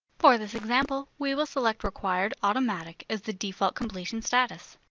for this example we will select required automatic as the default completion status.